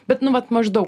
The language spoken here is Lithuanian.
bet nu vat maždaug